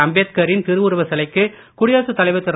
அம்பேத்கா ரின் திருஉருவச் சிலைக்கு குடியரசுத் தலைவர் திரு